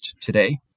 today